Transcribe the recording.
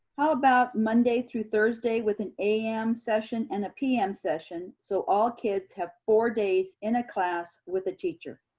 how about monday through thursday with an a m. session and a p m. session so all kids have four days in a class with a teacher.